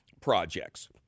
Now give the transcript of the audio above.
Projects